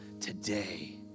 today